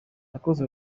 yakoze